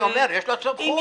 אני אומר שיש לה סמכות.